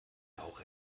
auch